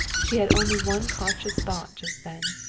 she had only one conscious thought just then.